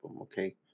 okay